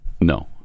No